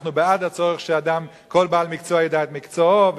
אנחנו בעד הצורך שכל בעל מקצוע ידע את מקצועו,